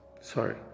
Sorry